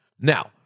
now